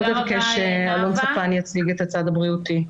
אני אבקש שאלון ספן יציג את הצד הבריאותי.